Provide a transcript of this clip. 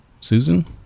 Susan